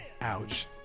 Ouch